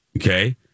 Okay